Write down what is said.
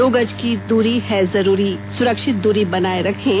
दो गज की दूरी है जरूरी सुरक्षित दूरी बनाए रखें